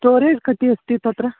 storage कति अस्ति तत्र